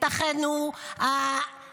את אחינו החרדים.